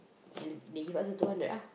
and they give us the two hundred ah